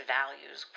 values